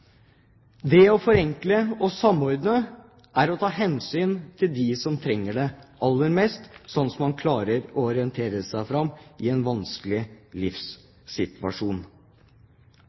Det å forenkle og samordne er å ta hensyn til dem som trenger det aller mest, slik at de klarer å orientere seg fram i en vanskelig livssituasjon.